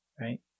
Right